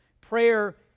prayer